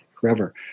forever